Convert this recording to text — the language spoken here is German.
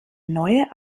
neue